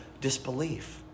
disbelief